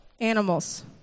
animals